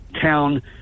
town